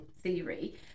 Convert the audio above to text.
theory